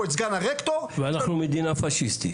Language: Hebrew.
ואנחנו מדינה פאשיסטית.